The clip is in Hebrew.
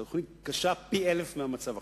זאת תוכנית קשה פי-אלף מהמצב עכשיו.